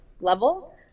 level